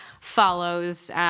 follows